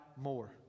more